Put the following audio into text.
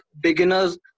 beginner's